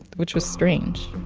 which was strange.